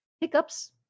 hiccups